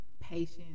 patience